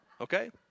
Okay